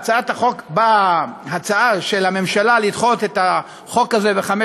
באה הצעה של הממשלה לדחות את יישום החוק הזה בחמש